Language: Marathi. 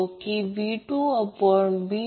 707 कोन 45° त्याचप्रमाणे I2 0